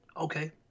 Okay